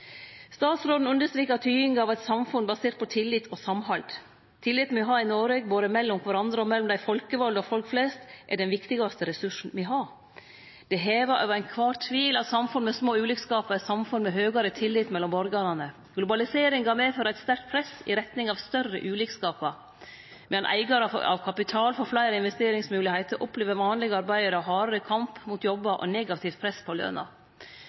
av eit samfunn basert på tillit og samhald. Tilliten me har i Noreg, både mellom kvarandre og mellom dei folkevalde og folk flest, er den viktigaste ressursen me har. Det er heva over all tvil at samfunn med små ulikskapar er samfunn med høgare tillit mellom borgarane. Globaliseringa medfører eit sterkt press i retning av større ulikskapar. Medan eigarar av kapital får fleire investeringsmoglegheiter, opplever vanlege arbeidarar hardare kamp om jobbar og negativt press på løna.